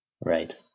Right